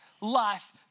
life